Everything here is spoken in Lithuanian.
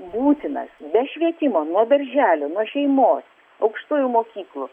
būtinas be švietimo nuo darželio nuo šeimos aukštųjų mokyklų